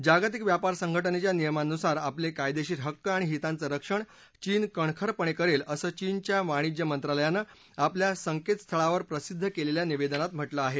जागतिक व्यापार संघटनेच्या नियमानुसार आपले कायदेशीर हक्क आणि हिताचं रक्षण चीन कणखरपणे करेल असं चीनच्या वाणिज्य मंत्रालयानं आपल्या संकेतस्थळावर प्रसिद्ध केलेल्या निवेदनात म्हटलं आहे